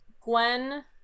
Gwen